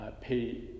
pay